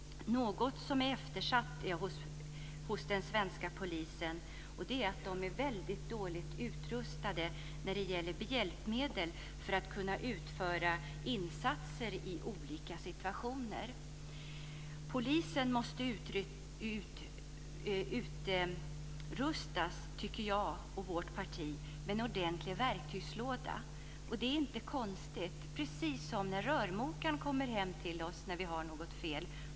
Något som är eftersatt hos den svenska polisen är den dåliga utrustningen när det gäller hjälpmedel för att kunna göra insatser i olika situationer. Polisen måste utrustas med en ordentlig verktygslåda precis som när rörmokaren kommer hem till oss för att avhjälpa något fel.